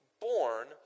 born